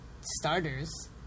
starters